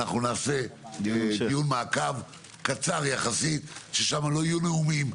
אנחנו נעשה דיון מעקב קצר יחסית ששם לא יהיו נאומים.